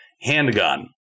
handgun